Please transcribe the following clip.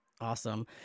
Awesome